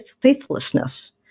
faithlessness